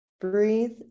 Breathe